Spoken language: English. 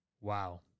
Wow